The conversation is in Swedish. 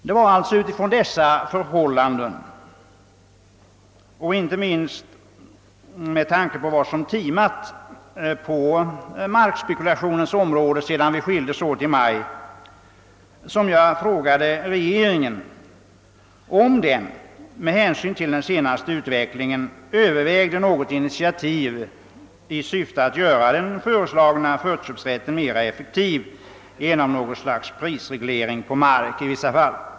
Det var alltså med utgångspunkt från dessa förhållanden — och inte minst med tanke på vad som timat på markspekulationens område sedan vi skildes åt i maj — som jag frågade regeringen, om man med hänsyn till den senaste tidens utveckling övervägde ett initiativ i syfte att göra den föreslagna förköpsrätten mer effektiv genom någon form av prisreglering på mark i vissa fall.